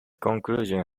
conclusion